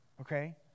Okay